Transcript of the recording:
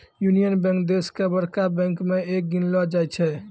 union Bank देश के बड़का बैंक मे एक गिनलो जाय छै